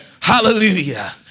hallelujah